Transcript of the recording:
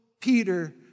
Peter